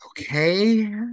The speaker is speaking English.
Okay